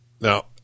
Now